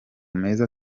meza